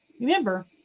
remember